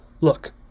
Look